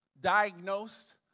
diagnosed